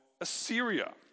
Assyria